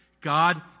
God